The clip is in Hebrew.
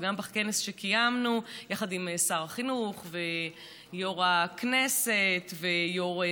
וגם בכנס שקיימנו יחד עם שר החינוך ויו"ר הכנסת ויו"ר